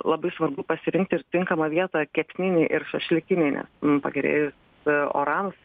labai svarbu pasirinkt ir tinkamą vietą kepsninei ir šašlykinei nes pagerėjus orams